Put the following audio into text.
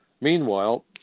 meanwhile